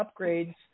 upgrades